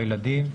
הילדים,